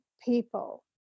people